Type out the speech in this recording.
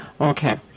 Okay